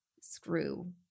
screw